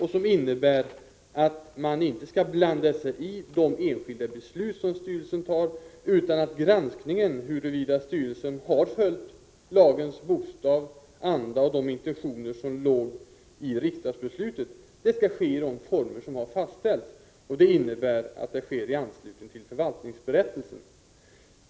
Det innebär att regeringen inte skall blanda sig i de enskilda beslut som en styrelse fattar utan att granskningen av huruvida styrelsen har följt lagens bokstav och anda och de intentioner som låg i riksdagsbeslutet skall ske i de former som har fastställts. 17 Granskningen sker alltså i anslutning till förvaltningsberättelsen.